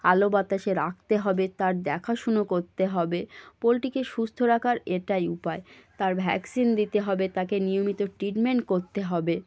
আলো বাতাসে রাখতে হবে তার দেখাশুনো করতে হবে পোলট্রিকে সুস্থ রাখার এটাই উপায় তার ভ্যাকসিন দিতে হবে তাকে নিয়মিত ট্রিটমেন্ট করতে হবে